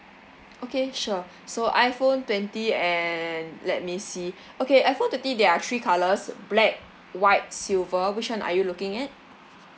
okay sure so iphone twenty and let me see okay iphone twenty there are three colours black white silver which one are you looking at